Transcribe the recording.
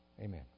Amen